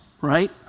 right